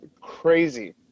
crazy